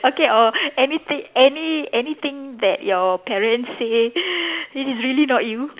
okay or anything any anything that your parents say that is really not you